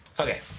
Okay